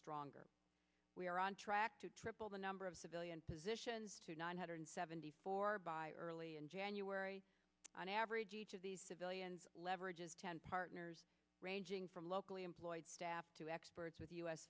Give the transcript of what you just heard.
stronger we are on track to triple the number of civilian positions to nine hundred seventy four by early in january on average each of these civilians leverage is ten partners ranging from locally employed staff to experts with u